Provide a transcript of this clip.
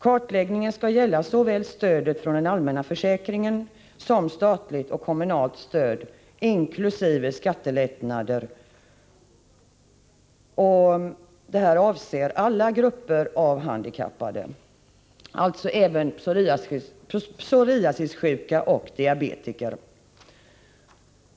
Kartläggningen skall gälla såväl stödet från den allmänna försäkringen som statligt och kommunalt stöd, inkl. skattelättnader. Översynen avser alla grupper av handikappade, alltså även psoriasissjuka och diabetiker.